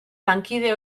lankide